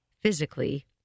physically